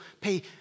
pay